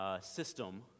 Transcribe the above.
System